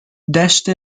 دشت